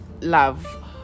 love